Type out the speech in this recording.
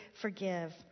forgive